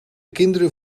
kinderen